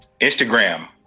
Instagram